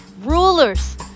rulers